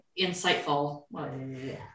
insightful